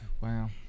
Wow